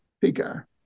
figure